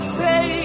say